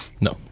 No